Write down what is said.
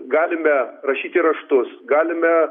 galime rašyti raštus galime